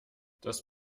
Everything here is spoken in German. das